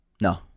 No